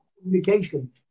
communication